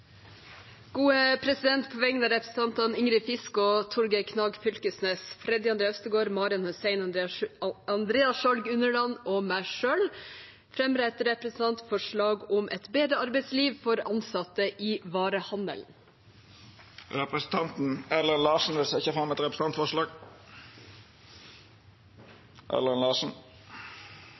På vegne av representantene Ingrid Fiskaa, Torgeir Knag Fylkesnes Freddy Andre Øvstegård, Marian Hussein, Andreas Sjalg Unneland og meg selv fremmer jeg et representantforslag om et bedre arbeidsliv for ansatte i varehandelen. Representanten Erlend Larsen vil setja fram eit representantforslag.